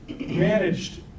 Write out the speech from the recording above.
managed